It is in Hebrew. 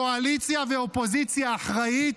קואליציה ואופוזיציה אחראית,